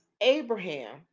Abraham